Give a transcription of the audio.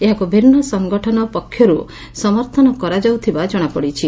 ଏହାକୁ ଭିନୁ ସଙ୍ଗଠନ ପକ୍ଷରୁ ସମର୍ଥନ କରାଯାଉଥିବା ଜଣାପଡ଼ିଛି